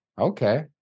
Okay